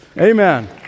Amen